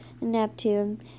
Neptune